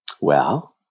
Well-